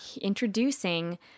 introducing